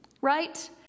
Right